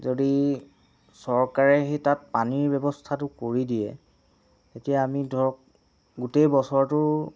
যদি চৰকাৰে সেই তাত পানীৰ ব্যৱস্থাটো কৰি দিয়ে তেতিয়া আমি ধৰক গোটেই বছৰটো